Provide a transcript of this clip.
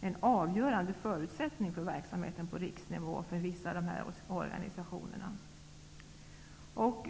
en avgörande förutsättning för verksamheten på riksnivå för vissa av organisationerna.